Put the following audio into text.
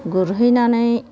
गुरहैनानै